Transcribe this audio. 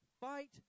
fight